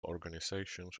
organizations